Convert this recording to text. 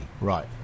Right